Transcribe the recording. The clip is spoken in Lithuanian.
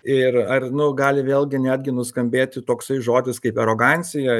ir ar nu gali vėlgi netgi nuskambėti toksai žodis kaip arogancija